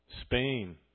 Spain